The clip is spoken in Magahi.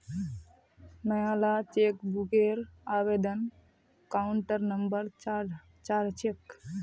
नयाला चेकबूकेर आवेदन काउंटर नंबर चार ह छेक